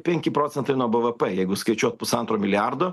penki procentai nuo bvp jeigu skaičiuot pusantro milijardo